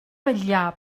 vetllar